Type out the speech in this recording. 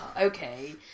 okay